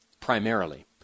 primarily